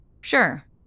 Sure